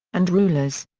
and rulers.